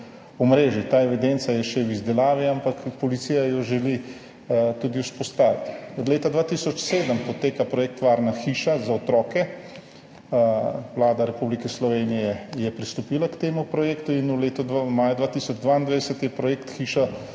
omrežij. Ta evidenca je še v izdelavi, ampak policija jo želi vzpostaviti. Od leta 2007 poteka projekt varna hiša za otroke. Vlada Republike Slovenije je pristopila k temu projektu in v letu 2022 je Hiša